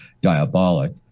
diabolic